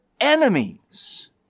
enemies